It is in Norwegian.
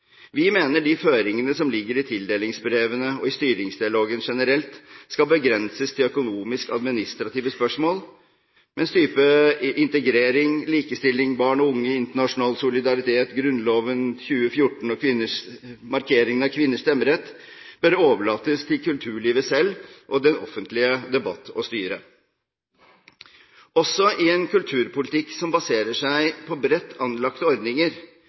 Vi mener at de føringene som ligger i tildelingsbrevene og i styringsdialogen generelt, skal begrenses til økonomisk-administrative spørsmål, mens typer som integrering, likestilling, barn og unge i internasjonal solidaritet, grunnlovsjubileet i 2014 og markeringen av kvinners stemmerett bør overlates til kulturlivet selv og den offentlige debatt, å styre. Også i en kulturpolitikk som baserer seg på bredt anlagte ordninger